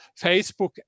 Facebook